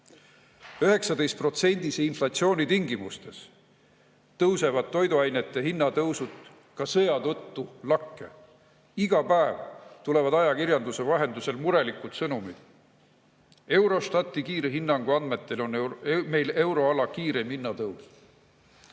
inflatsiooni tingimustes tõusevad toiduainete hinnad ka sõja tõttu lakke. Iga päev tulevad ajakirjanduse vahendusel murelikud sõnumid. Eurostati kiirhinnangu andmetel on meil euroala kiireim